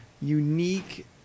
unique